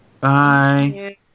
Bye